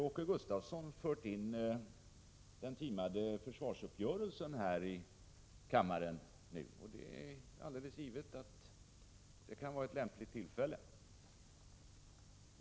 Åke Gustavsson förde in i debatten den timade försvarsuppgörelsen. Det är alldeles givet att detta kan vara ett lämpligt tillfälle.